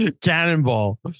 Cannonball